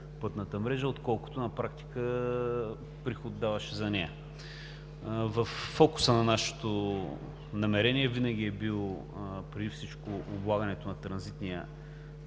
пътната мрежа, отколкото на практика даваше приход за нея. Във фокуса на нашето намерение винаги е било преди всичко облагането на транзитния